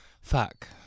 Fuck